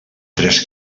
tres